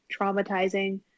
traumatizing